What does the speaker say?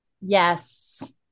Yes